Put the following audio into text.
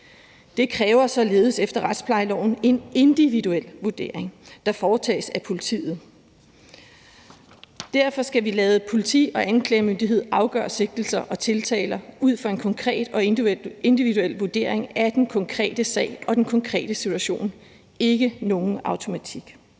Det kræver således efter retsplejeloven en individuel vurdering, der foretages af politiet. Derfor skal vi lade politi og anklagemyndighed afgøre sigtelser og tiltaler ud fra en konkret og individuel vurdering af den konkrete sag og den konkrete situation, ikke ud fra nogen automatik.